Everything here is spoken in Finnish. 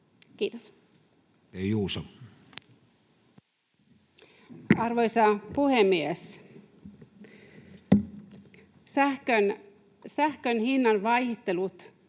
Kiitos. Edustaja Juuso. Arvoisa puhemies! Sähkön hinnan vaihtelut